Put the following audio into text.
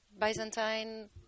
Byzantine